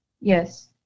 yes